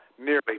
nearly